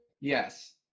Yes